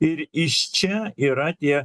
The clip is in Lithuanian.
ir iš čia yra tie